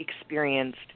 experienced